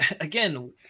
again